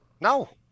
no